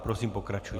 Prosím, pokračujte.